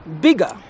bigger